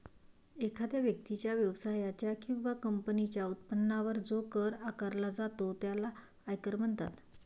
एखाद्या व्यक्तीच्या, व्यवसायाच्या किंवा कंपनीच्या उत्पन्नावर जो कर आकारला जातो त्याला आयकर म्हणतात